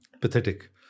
Pathetic